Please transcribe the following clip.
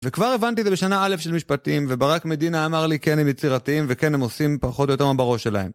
וכבר הבנתי את זה בשנה א' של משפטים, וברק מדינה אמר לי כן הם יצירתיים, וכן הם עושים פחות או יותר מה בראש שלהם.